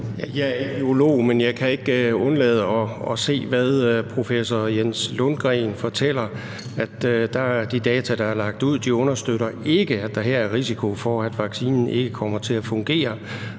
Jeg er ikke virolog, men jeg kan ikke undgå at se, hvad professor Jens Lundgren fortæller, nemlig at de data, der er lagt ud, ikke understøtter, at der er risiko for, at vaccinen ikke kommer til at fungere